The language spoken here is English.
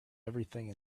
everything